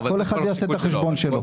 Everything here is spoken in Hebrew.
כל אחד יעשה את החשבון שלו.